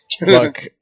Look